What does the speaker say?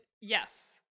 Yes